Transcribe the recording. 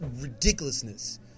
ridiculousness